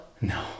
no